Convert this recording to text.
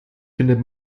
findet